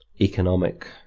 economic